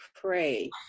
pray